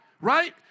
Right